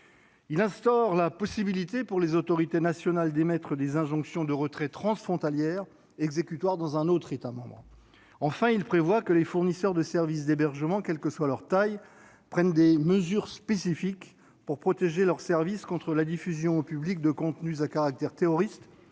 Il instaure la possibilité pour les autorités nationales d'émettre des injonctions de retrait transfrontalières, exécutoires dans un autre État membre. Enfin, il prévoit que les fournisseurs de services d'hébergement, quelle que soit leur taille, prennent des « mesures spécifiques » pour protéger leurs services contre la diffusion au public de contenus à caractère terroriste,